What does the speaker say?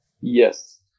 yes